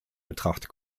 betracht